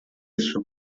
isso